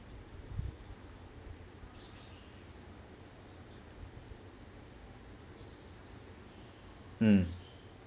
hmm